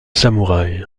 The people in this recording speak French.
samouraï